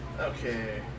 Okay